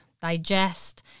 digest